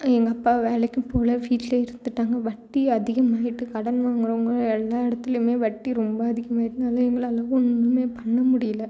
எங்கள் அப்பா வேலைக்கும் போகல வீட்லேயே இருந்துட்டாங்க வட்டி அதிகமாகிட்டு கடன் வாங்குனுவங்க எல்லா இடத்துலையுமே வட்டி ரொம்ப அதிகமாகிட்டு அதனால் எங்களால் ஒன்றுமே பண்ண முடியல